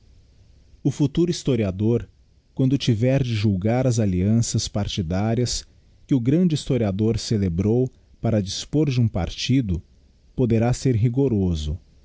o futuro historiador quando tiver de julgar as allianças partidárias que o grande historiador celebrou para dispor de um partido poderá ser rigoroso